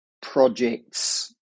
projects